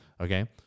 Okay